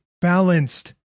balanced